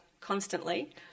constantly